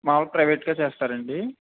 మామూలు ప్రైవేట్గా చేస్తారు అండి